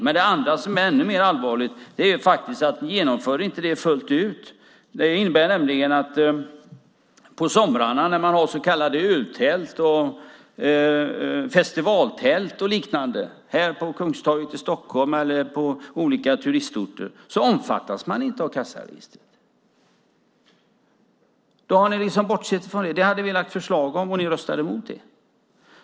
Men det andra, och som är ännu mer allvarligt, är att ni inte genomför förslaget fullt ut. Det innebär nämligen att på somrarna när man har så kallade öltält, festivaltält och liknande här i Kungsträdgården i Stockholm eller på olika turistorter omfattas man inte av kassaregistret. Det har ni liksom bortsett från. Det lade vi fram förslag om, men ni röstade emot det.